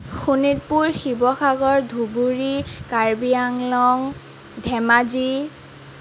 Sonitpur Sivasagar Dhubri Karbi Anglong Dhemaji